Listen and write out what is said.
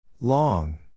Long